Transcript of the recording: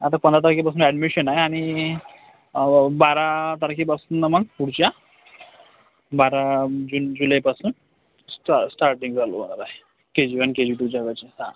आता पंधरा तारखेपासून ॲडमिशन आहे आणि बारा तारखेपासून मग पुढच्या बारा जून जुलैपासून स्टा स्टार्टिंग चालू होणार आहे K G one K G टूच्या बॅचेस हा